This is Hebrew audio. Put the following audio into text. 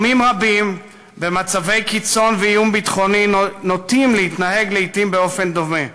עמים רבים במצבי קיצון ואיום ביטחוני נוטים להתנהג לעתים באופן דומה,